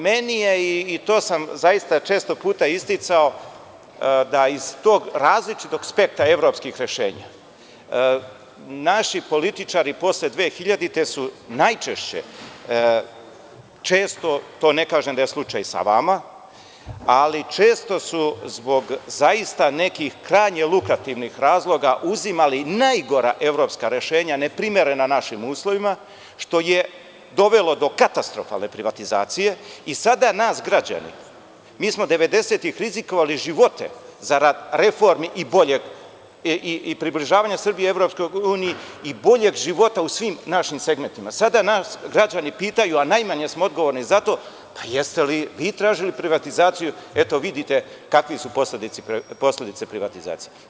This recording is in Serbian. Meni je i to sam zaista često puta isticao, da iz tog različitog spektra evropskih rešenja, naši političari posle 2000. godine najčešće, često, to ne kažem da je slučaj sa vama, ali često su zbog zaista nekih krajnje lukativnih razloga uzimali najgora evropska rešenja, neprimerena našim uslovima, što je dovelo do katastrofalne privatizacije i sada nas građani, mi smo devedesetih rizikovali živote zarad reformi i približavanje EU i boljeg života u svim našim segmentima, sada nas građani pitaju, a najmanje smo odgovorni za to, jeste li vi tražili privatizaciju, eto vidite kakve su posledice privatizacije.